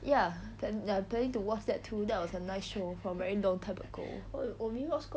ya plan ya I'm planning to watch that too that was a very nice show from very long time ago